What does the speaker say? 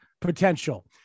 potential